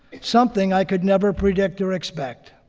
something i could never predict or expect.